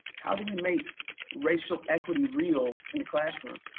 how do we make racial equity real in the classroom?